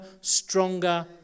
stronger